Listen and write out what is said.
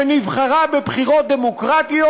שנבחרה בבחירות דמוקרטיות,